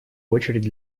очередь